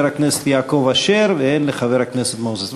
לחבר הכנסת יעקב אשר ולחבר הכנסת מוזס.